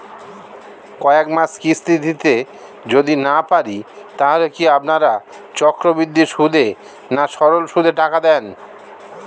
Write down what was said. কয়েক মাস কিস্তি দিতে যদি না পারি তাহলে কি আপনারা চক্রবৃদ্ধি সুদে না সরল সুদে টাকা দেন?